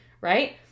Right